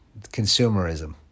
consumerism